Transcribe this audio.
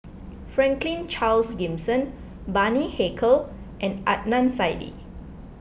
Franklin Charles Gimson Bani Haykal and Adnan Saidi